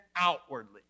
outwardly